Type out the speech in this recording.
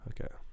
Okay